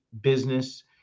business